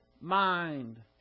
mind